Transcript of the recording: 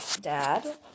dad